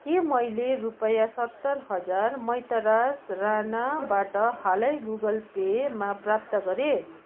के मैले रुपैयाँ सत्तर हजार मैतराज राणाबाट हालै गुगल पेमा प्राप्त गरेँ